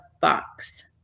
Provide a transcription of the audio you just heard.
Box